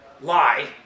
lie